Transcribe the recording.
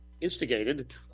instigated